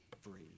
free